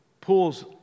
pulls